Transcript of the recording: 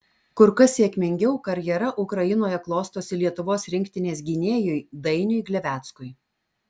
kur kas sėkmingiau karjera ukrainoje klostosi lietuvos rinktinės gynėjui dainiui gleveckui